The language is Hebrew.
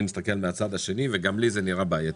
אני מסתכל מהצד השני וגם לי זה נראה בעייתי.